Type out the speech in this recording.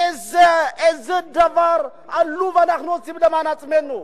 איזה דבר עלוב אנחנו עושים למען עצמנו,